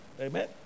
Amen